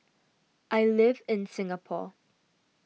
I live in Singapore